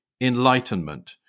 enlightenment